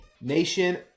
Nation